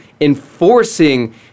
enforcing